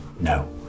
No